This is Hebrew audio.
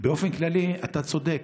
באופן כללי אתה צודק: